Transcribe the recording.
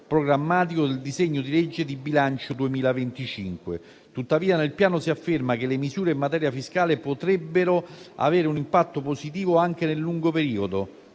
programmatico del disegno di legge di bilancio 2025. Tuttavia, nel Piano si afferma che le misure in materia fiscale potrebbero avere un impatto positivo anche nel lungo periodo.